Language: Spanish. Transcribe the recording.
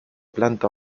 planta